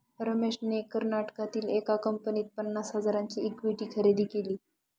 रमेशने कर्नाटकातील एका कंपनीत पन्नास हजारांची इक्विटी खरेदी केली